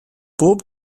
bob